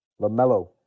Lamelo